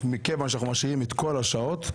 כיוון שאנחנו משאירים את כל השעות,